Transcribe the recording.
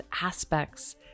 aspects